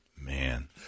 man